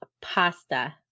pasta